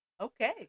okay